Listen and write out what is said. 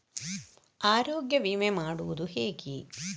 ಆರೋಗ್ಯ ವಿಮೆ ಮಾಡುವುದು ಹೇಗೆ?